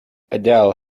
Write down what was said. adele